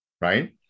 right